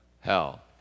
Hell